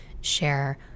share